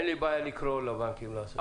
אין לי בעיה לקרוא לבנקים לעשות את זה.